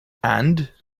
and